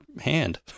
hand